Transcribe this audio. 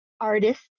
artist